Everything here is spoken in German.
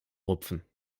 rupfen